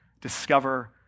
discover